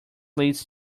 leads